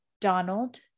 Donald